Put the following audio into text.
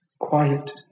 quiet